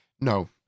no